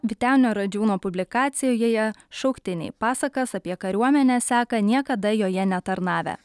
vytenio radžiūno publikacijoje šauktiniai pasakas apie kariuomenę seka niekada joje netarnavę